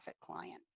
client